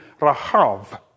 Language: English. Rahav